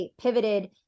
pivoted